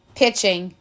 pitching